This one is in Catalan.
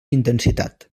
intensitat